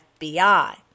FBI